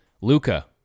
Luca